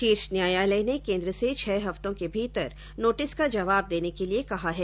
शीर्ष न्यायालय ने केन्द्र से छह हफ्तों के भीतर नोटिस का जवाब देने के लिए कहा है